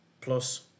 plus